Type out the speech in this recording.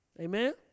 Amen